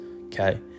okay